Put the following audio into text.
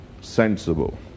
sensible